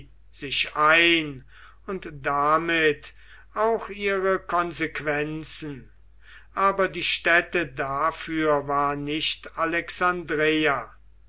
sich ein und damit auch ihre konsequenzen aber die stätte dafür war nicht alexandreia